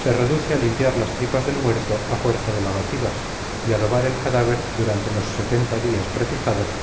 se deduce a limpiar las tripas del muerto a fuerza de lavativas y adobar el cadáver durante los setenta días prefijados